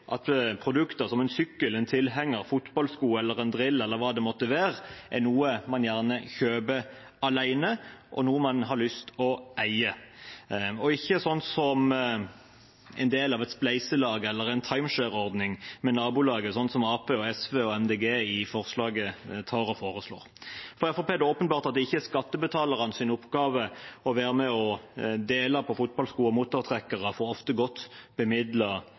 at produkter som en sykkel, en tilhenger, fotballsko, en drill eller hva det måtte være, er noe man gjerne kjøper alene, og noe man har lyst til å eie, ikke som en del av et spleiselag eller en timeshare-ordning med nabolaget, som Arbeiderpartiet, SV og Miljøpartiet De Grønne foreslår. For Fremskrittspartiet er det åpenbart at det ikke er skattebetalernes oppgave å være med og dele fotballsko og muttertrekkere med ofte godt